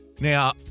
Now